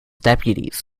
deputies